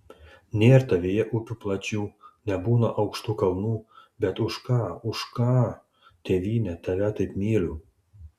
nėr tavyje upių plačių nebūna aukštų kalnų bet už ką už ką tėvyne tave taip myliu